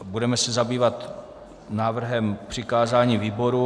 Budeme se zabývat návrhem přikázání výborům.